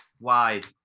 Wide